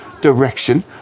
direction